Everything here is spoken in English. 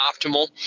optimal